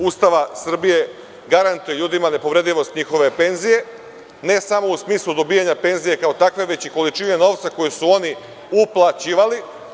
Ustava Srbije garantuje ljudima nepovredivost njihove penzije ne samo u smislu dobijanja penzije kao takve, već i količine novca koji su oni uplaćivali.